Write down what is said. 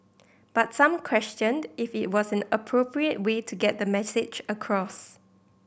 but some questioned if it was an appropriate way to get the message across